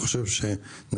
אני חושב שנעשו,